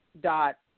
dot